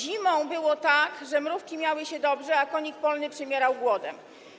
Zimą było tak, że mrówki miały się dobrze, a konik polny przymierał głodem.